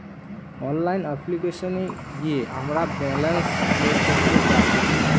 online অপ্লিকেশনে গিয়ে আমরা ব্যালান্স চেক করতে পারতেচ্ছি